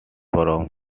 from